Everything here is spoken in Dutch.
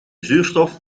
zuurstof